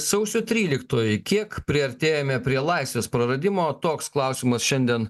sausio tryliktoji kiek priartėjome prie laisvės praradimo toks klausimas šiandien